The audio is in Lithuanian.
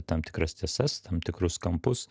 tam tikras tiesas tam tikrus kampus